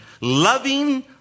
Loving